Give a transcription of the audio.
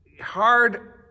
hard